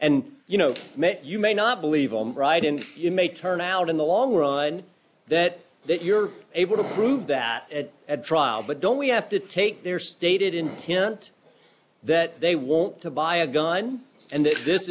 and you know mitt you may not believe all right and you may turn out in the long run that that you're able to prove that at trial but don't we have to take their stated intent that they want to buy a gun and if this